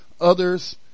others